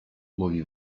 mówi